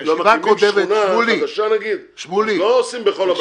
אם יש שכונה חדשה, לא עושים בכל הבתים.